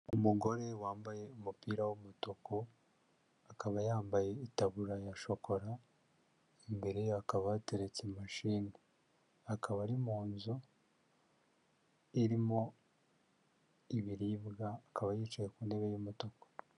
Umugore wambaye umupira w'umutuku, akaba yambaye itaburiya ya shokora, imbere ye hakaba hateretse imashini, akaba ari mu nzu irimo ibiribwa, akaba yicaye ku ntebe y'umutuku.